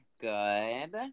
Good